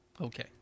Okay